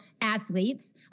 athletes